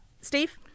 Steve